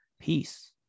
peace